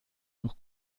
noch